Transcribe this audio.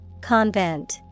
Convent